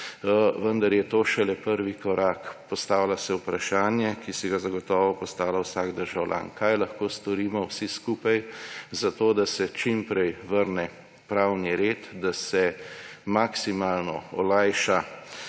Vendar je to šele prvi korak. Postavlja se vprašanje, ki si ga zagotovo postavlja vsak državljan: Kaj lahko storimo vsi skupaj za to, da se čim prej vrne pravni red, da se maksimalno olajša